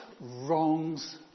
wrongs